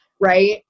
Right